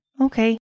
okay